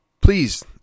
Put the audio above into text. please